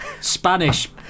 Spanish